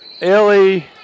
Ellie